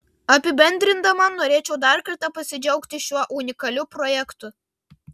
apibendrindama norėčiau dar kartą pasidžiaugti šiuo unikaliu projektu